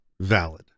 valid